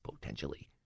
potentially